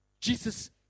Jesus